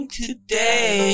today